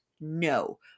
No